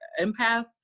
empath